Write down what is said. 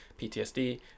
ptsd